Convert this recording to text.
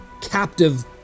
captive